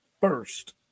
first